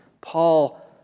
Paul